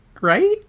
right